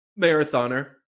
marathoner